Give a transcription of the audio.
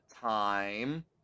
time